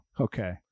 Okay